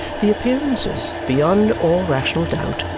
the appearances, beyond all rational doubt,